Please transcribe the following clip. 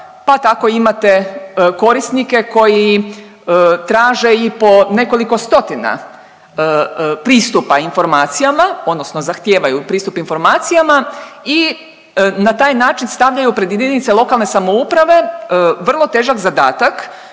pa tako imate korisnike koji traže i po nekoliko stotina pristupa informacijama, odnosno zahtijevaju pristup informacijama i na taj način stavljaju pred jedinice lokalne samouprave vrlo težak zadatak